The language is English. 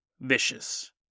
vicious